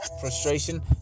frustration